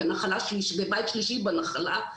בבית שלישי בנחלה.